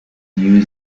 new